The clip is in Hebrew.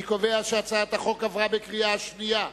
אני קובע שהצעת החוק עברה בקריאה שנייה.